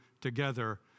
together